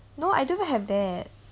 no I don't even have that